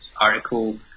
article